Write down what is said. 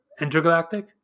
intergalactic